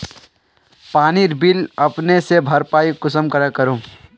पानीर बिल अपने से भरपाई कुंसम करे करूम?